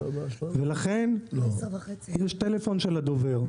ולכן יש טלפון של הדובר.